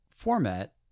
Format